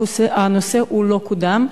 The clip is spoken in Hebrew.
הנושא לא קודם,